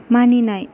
मानिनाय